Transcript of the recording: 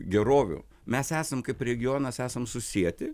gerovių mes esam kaip regionas esam susieti